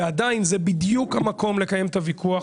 ועדיין זה בדיוק המקום לקיים את הוויכוח,